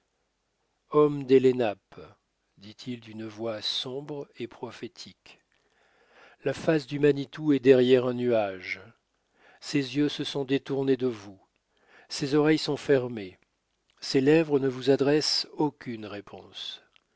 hommes des lenapes dit-il d'une voix sombre et prophétique la face du manitou est derrière un nuage ses yeux se sont détournés de vous ses oreilles sont fermées ses lèvres ne vous adressent aucune réponse